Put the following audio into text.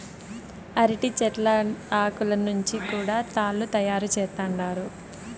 అరటి చెట్ల ఆకులను నుంచి కూడా తాళ్ళు తయారు చేత్తండారు